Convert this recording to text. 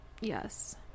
Yes